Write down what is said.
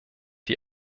die